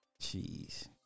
Jeez